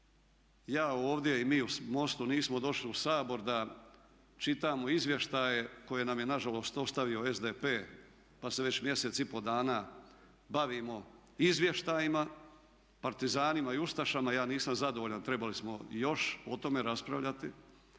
ja ovdje i mi u MOST-u nismo došli u Sabor da čitamo izvještaje koje nam je nažalost ostavio SDP pa se već mjesec i pol dana bavimo izvještajima, partizanima i ustašama, ja nisam zadovoljan, trebali smo još o tome raspravljati